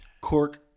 Cork